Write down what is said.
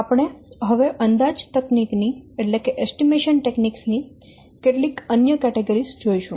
આપણે હવે અંદાજ તકનીક ની કેટલીક અન્ય કેટેગરી જોઈશું